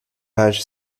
page